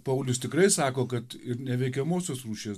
paulius tikrai sako kad ir neveikiamosios rūšies